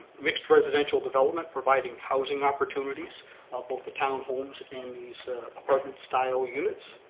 mixed residential development providing housing opportunities ah both the town homes and these apartment style units.